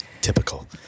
Typical